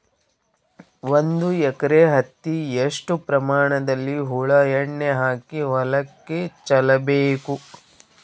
ಒಂದು ಎಕರೆ ಹತ್ತಿ ಎಷ್ಟು ಪ್ರಮಾಣದಲ್ಲಿ ಹುಳ ಎಣ್ಣೆ ಹಾಕಿ ಹೊಲಕ್ಕೆ ಚಲಬೇಕು?